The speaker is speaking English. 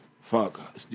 fuck